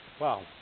wow